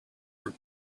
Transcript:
were